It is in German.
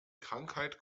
krankheit